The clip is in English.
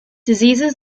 diseases